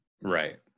Right